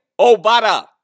Obata